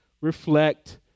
reflect